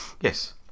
yes